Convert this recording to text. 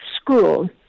school